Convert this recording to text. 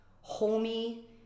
homey